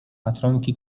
patronki